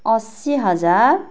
असी हजार